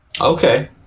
Okay